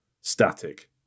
static